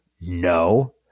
No